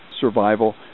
survival